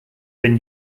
been